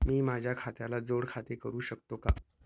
मी माझ्या खात्याला जोड खाते करू शकतो का?